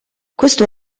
questo